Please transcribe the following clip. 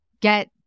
get